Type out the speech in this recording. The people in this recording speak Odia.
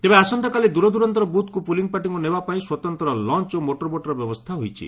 ତେବେ ଆସନ୍ତାକାଲି ଦୂରଦୂରାନ୍ତର ବୁଥକୁ ପୁଲିଙ୍ଗ ପାର୍ଟିଙ୍କୁ ନେବା ପାଇଁ ସ୍ୱତନ୍ତ ଲଂଚ ଓ ମୋଟର ବୋଟର ବ୍ୟବସ୍ରା ହୋଇଛି